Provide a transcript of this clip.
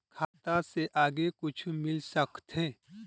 खाता से आगे कुछु मिल सकथे?